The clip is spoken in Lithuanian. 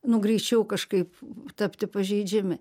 nu greičiau kažkaip tapti pažeidžiami